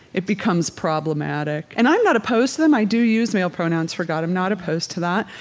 it becomes problematic. and i'm not opposed to them. i do use male pronouns for god. i'm not opposed to that,